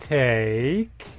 take